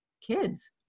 kids